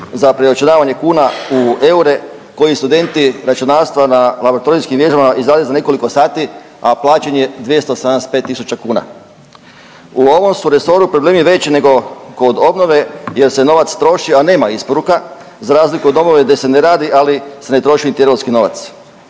za preračunavanje kuna u eure koje studenti računarstva na laboratorijskim vježbama izrade za nekoliko sati, a plaćen je 275 tisuća kuna. U ovom su resoru problemi veći nego kod obnove jer se novac troši, a nema isporuka, za razliku od obnove gdje se ne radi, ali se ne troši niti europski novac.